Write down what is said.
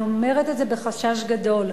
אני אומרת את זה בחשש גדול.